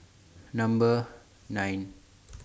Number nine